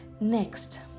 Next